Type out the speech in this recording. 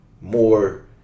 More